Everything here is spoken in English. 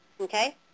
Okay